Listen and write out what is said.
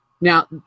Now